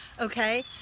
Okay